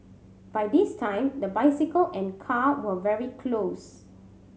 by this time the bicycle and car were very close